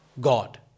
God